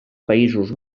països